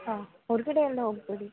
ಹಾಂ ಹೊರಗಡೆ ಎಲ್ಲೂ ಹೊಗಬೇಡಿ